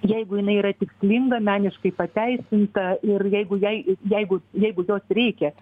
jeigu jinai yra tikslinga meniškai pateisinta ir jeigu jai jeigu jeigu jos reikia